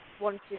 wanted